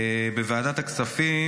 בוועדת הכספים,